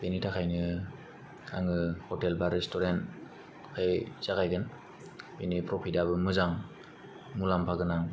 बेनि थाखायनो आङो हटेल बा रेस्तुरेन्टखौहाय जागायगोन बेनि प्रफिटआबो मोजां मुलाम्फा गोनां